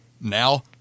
now